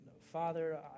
Father